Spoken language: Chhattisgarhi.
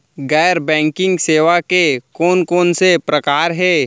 गैर बैंकिंग सेवा के कोन कोन से प्रकार हे?